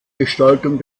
gestaltung